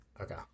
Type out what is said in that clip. okay